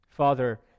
Father